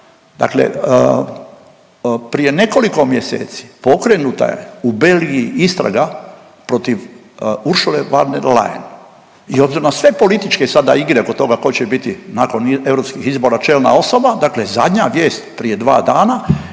Dakle prije nekoliko mjeseci pokrenuta je u Belgiji istraga protiv Ursule von der Leyen i obzirom na sve političke sada igre oko toga tko će biti nakon Europskih izbora čelna osoba, dakle zadnja vijest prije dva dana